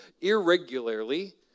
irregularly